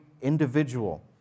individual